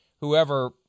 whoever –